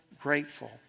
grateful